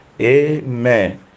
amen